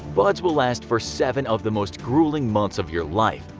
buds will last for seven of the most grueling months of your life,